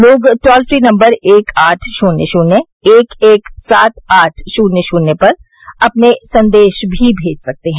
लोग toll free number एक आठ शून्य शून्य एक एक सात आठ शून्य शून्य पर अपने संदेश भी भेज सकते हैं